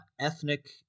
ethnic